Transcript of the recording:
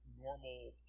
Normal